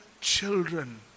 children